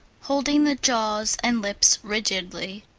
holding the jaws and lips rigidly,